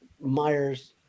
myers